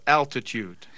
altitude